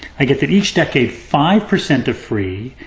i get that each decade, five percent of free,